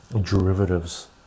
derivatives